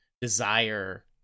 desire